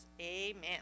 amen